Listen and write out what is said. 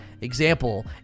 Example